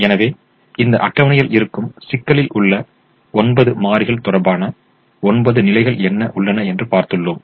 எனவே இந்த அட்டவணையில் இருக்கும் சிக்கலில் உள்ள 9 மாறிகள் தொடர்பான 9 நிலைகள் என்ன உள்ளன என்று பார்த்துள்ளோம்